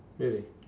really